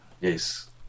Yes